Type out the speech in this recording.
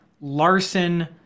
Larson